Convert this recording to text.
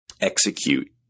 execute